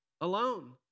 Alone